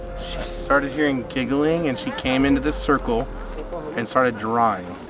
started hearing giggling and she came into this circle and started drawing.